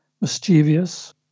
mischievous